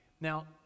now